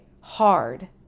hard